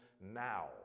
now